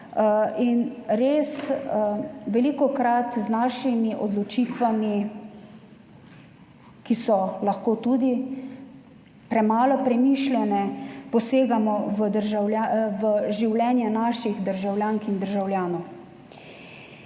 Res velikokrat s svojimi odločitvami, ki so lahko tudi premalo premišljene, posegamo v življenje naših državljank in državljanov.